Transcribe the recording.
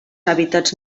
hàbitats